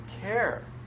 care